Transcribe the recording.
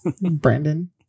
Brandon